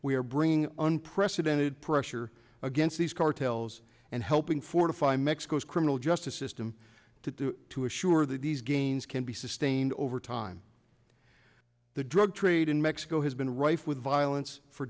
are bringing unprecedented pressure against these cartels and helping fortify mexico's criminal justice system to do to assure that these gains can be sustained over time the drug trade in mexico has been rife with violence for